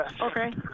okay